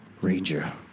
Ranger